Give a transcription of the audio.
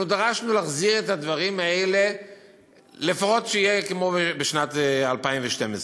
אנחנו דרשנו להחזיר את הדברים האלה לפחות שיהיה כמו בשנת 2012,